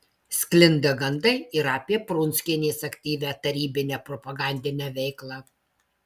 sklinda gandai ir apie prunskienės aktyvią tarybinę propagandinę veiklą